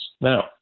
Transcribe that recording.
Now